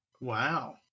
Wow